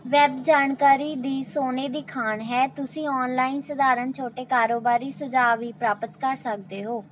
web ਜਾਣਕਾਰੀ ਦੀ ਸੋਨੇ ਦੀ ਖਾਣ ਹੈ ਤੁਸੀਂ ਔਨਲਾਈਨ ਸਧਾਰਨ ਛੋਟੇ ਕਾਰੋਬਾਰੀ ਸੁਝਾਅ ਵੀ ਪ੍ਰਾਪਤ ਕਰ ਸਕਦੇ ਹੋ